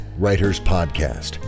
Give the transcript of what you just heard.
writerspodcast